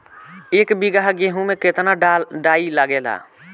एक बीगहा गेहूं में केतना डाई लागेला?